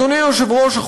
אדוני היושב-ראש,